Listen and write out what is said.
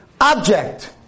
object